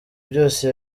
byose